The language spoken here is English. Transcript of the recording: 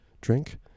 drink